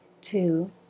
two